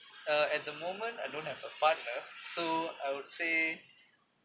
uh at the moment I don't have a partner so I would say